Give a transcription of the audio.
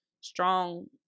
strong